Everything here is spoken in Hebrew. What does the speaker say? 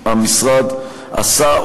המשרד עשה,